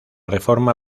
reforma